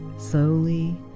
slowly